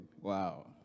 Wow